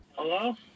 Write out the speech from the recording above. Hello